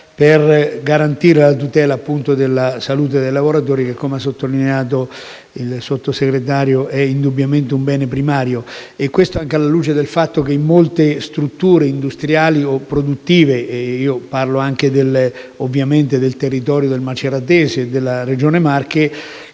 per garantire la tutela della salute dei lavoratori che - come ha sottolineato il Sottosegretario - è indubbiamente un bene primario. Dico questo anche alla luce del fatto che in molte strutture industriali o produttive - parlo ovviamente anche del territorio del maceratese e della Regione Marche